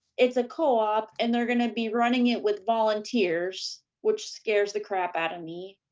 it's a co-op, and they're gonna be running it with volunteers which scares the crap out of me,